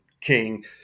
King